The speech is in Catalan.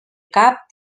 cap